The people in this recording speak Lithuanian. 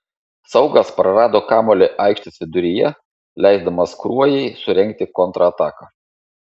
saugas prarado kamuolį aikštės viduryje leisdamas kruojai surengti kontrataką